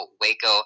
waco